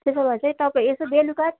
त्यसो भए चाहिँ तपाईँ यसो बेलुका